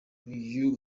uyu